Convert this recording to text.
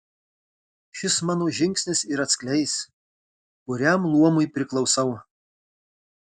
šis mano žingsnis ir atskleis kuriam luomui priklausau